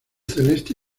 celeste